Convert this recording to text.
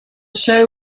show